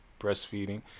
breastfeeding